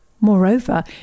Moreover